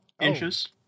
inches